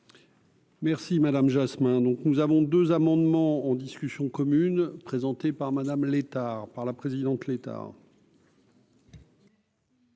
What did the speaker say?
Merci madame Jasmin, donc nous avons 2 amendements en discussion commune présentée par Madame Létard par la présidente l'État.